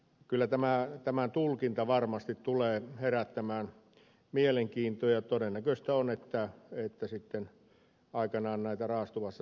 kyllä tämän tulkinta varmasti tulee herättämään mielenkiintoa ja todennäköistä on että sitten aikanaan näitä raastuvassa selvitellään